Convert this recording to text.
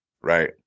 right